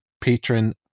patron